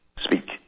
speak